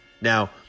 Now